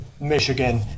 Michigan